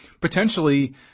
Potentially